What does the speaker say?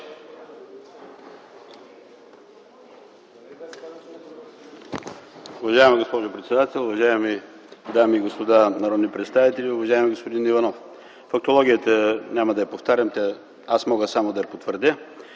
Уважаема госпожо председател, уважаеми дами и господа народни представители! Уважаеми господин Иванов, фактологията няма да я повтарям, мога само да я потвърдя.